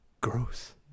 gross